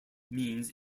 means